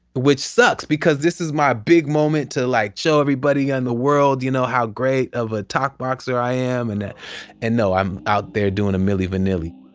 which sucks because this is my big moment to like show everybody in the world you know how great of a talkboxer i am and and no, i'm out there doing a milli vanilli.